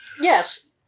Yes